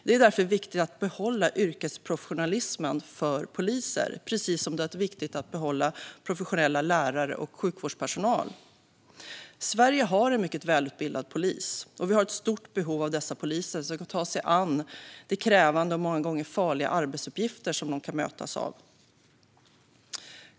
Det är därför viktigt att behålla yrkesprofessionalismen för poliser, precis som det är viktigt att behålla professionella lärare och sjukvårdspersonal. Sverige har en mycket välutbildad polis, och vi har ett stort behov av dessa poliser som kan ta sig an de krävande och många gånger farliga arbetsuppgifter som de möts av.